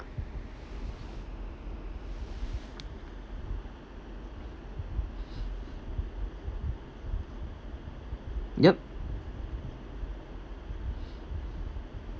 yup